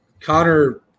Connor